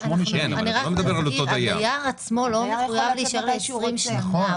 ל-8 שנים --- אני רק אזכיר הדייר לא מחויב להישאר לעשרים שנה,